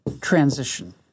transition